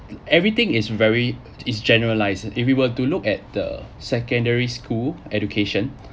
everything is very is generalised and if we were to look at the secondary school education